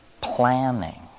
planning